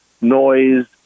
noise